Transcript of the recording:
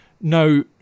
no